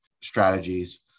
strategies